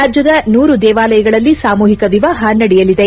ರಾಜ್ಯದ ನೂರು ದೇವಾಲಯಗಳಲ್ಲಿ ಸಾಮೂಹಿಕ ವಿವಾಹ ನಡೆಯಲಿದೆ